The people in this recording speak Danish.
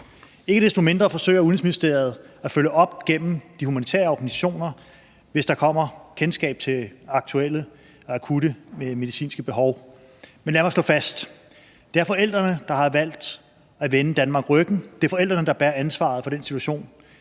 Ikke desto mindre forsøger Udenrigsministeriet at følge op gennem de humanitære organisationer, hvis der kommer kendskab til aktuelle og akutte medicinske behov. Men lad mig slå fast, at det er forældrene, der har valgt at vende Danmark ryggen. Det er forældrene, der bærer ansvaret for den situation,